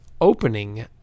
opening